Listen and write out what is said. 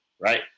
right